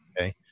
Okay